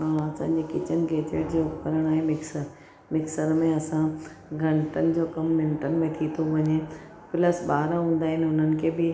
मां चवंदी आहियां किचन जो उपकरण आहे मिक्सर मिक्सर में असां घंटनि जो कमु मिन्टनि में थो थी वञे प्लस ॿार हूंदा आहिनि हुननि खे बि